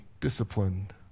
disciplined